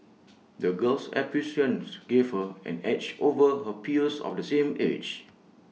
the girl's experiences gave her an edge over her peers of the same age